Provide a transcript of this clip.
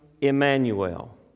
Emmanuel